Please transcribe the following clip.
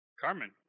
Carmen